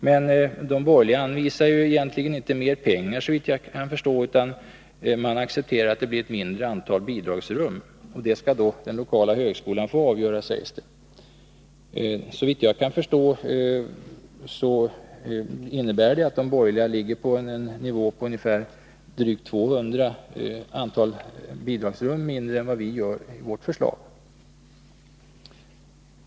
Men de borgerliga anvisar, såvitt jag kan förstå, inte mer pengar, utan man accepterar att det blir ett mindre antal bidragsrum. Detta skall då den lokala högskolan få avgöra, sägs det. Såvitt jag kan förstå innebär detta att det borgerliga förslaget ligger på en nivå av drygt 200 bidragsrum mindre än vad vi gör i vårt förslag.